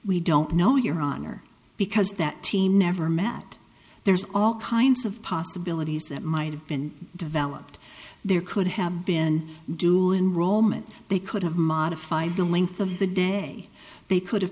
we don't know your honor because that team never met there's all kinds of possibilities that might have been developed there could have been due in rollman they could have modified the length of the day they could